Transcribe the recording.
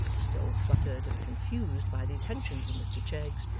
still fluttered and confused by the attentions of mr cheggs,